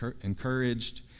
encouraged